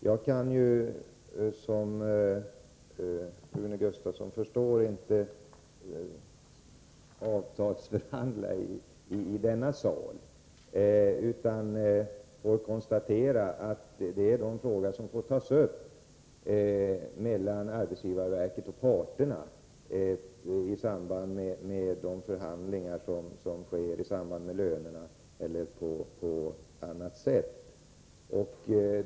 Som Rune Gustavsson förstår kan jag inte avtalsförhandla i denna sal, utan jag får konstatera att det är en fråga som kan tas upp mellan arbetsgivarverket och parterna i samband med löneförhandlingar eller på annat sätt.